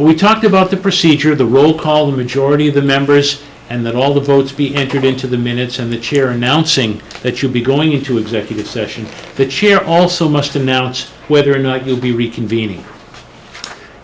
we talked about the procedure of the roll call the majority of the members and then all the votes be entered into the minutes in the chair announcing that you'll be going into executive session the chair also must announce whether or not you'll be reconvening